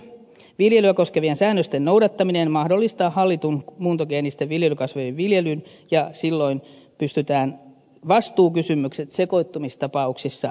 viljelyä koskevien säännösten noudattaminen mahdollistaa hallitun muuntogeenisten viljelykasvien viljelyn ja silloin pystytään vastuukysymykset sekoittumistapauksissa hoitamaan